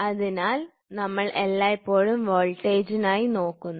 അതിനാൽ നമ്മൾ എല്ലായ്പ്പോഴും വോൾട്ടേജിനായി നോക്കുന്നു